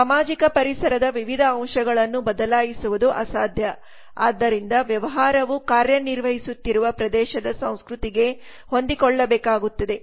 ಸಾಮಾಜಿಕಪರಿಸರದವಿವಿಧ ಅಂಶಗಳನ್ನು ಬದಲಾಯಿಸುವುದು ಅಸಾಧ್ಯಆದ್ದರಿಂದ ವ್ಯವಹಾರವು ಕಾರ್ಯನಿರ್ವಹಿಸುತ್ತಿರುವ ಪ್ರದೇಶದ ಸಂಸ್ಕೃತಿಗೆ ಹೊಂದಿಕೊಳ್ಳಬೇಕಾಗುತ್ತದೆ